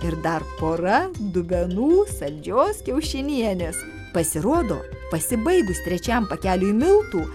ir dar pora dubenų saldžios kiaušinienės pasirodo pasibaigus trečiam pakelį miltų